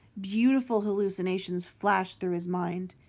beautiful hallucinations flashed through his mind.